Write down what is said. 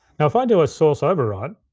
now if i do a source override,